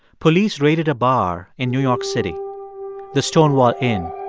police raided a bar in new york city the stonewall inn